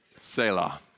Selah